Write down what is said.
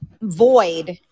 void